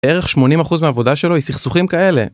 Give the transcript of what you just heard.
בערך 80% מהעבודה שלו היא סכסוכים כאלה